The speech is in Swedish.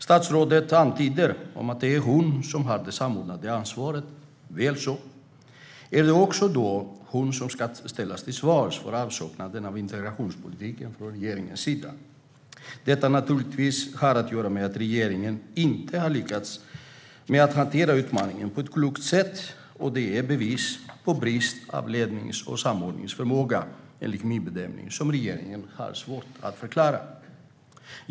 Statsrådet antyder att det är hon som har det samordnade ansvaret - väl så. Är det då också hon som ska ställas till svars för avsaknaden av integrationspolitik från regeringens sida? Detta har naturligtvis att göra med att regeringen inte har lyckats hantera utmaningarna på ett klokt sätt. Det är enligt min bedömning ett bevis på en brist på lednings och samordningsförmåga som regeringen har svårt att förklara.